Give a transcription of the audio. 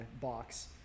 box